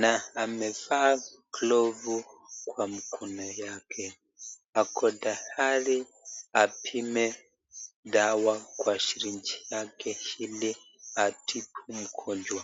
na amevaa glovu kwa mkono yake ako tayari apime dawa kwa sirinji yake ili atibu mgonjwa.